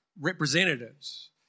representatives